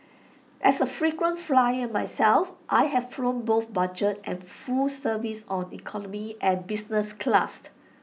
as A frequent flyer myself I have flown both budget and full service on economy and business class